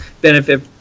benefit